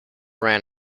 ran